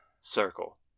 circle